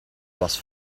was